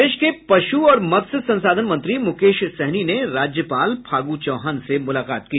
प्रदेश के पशु और मत्स्य संसाधन मंत्री मुकेश सहनी ने राज्यपाल फागू चौहान के मुलाकात की